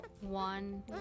One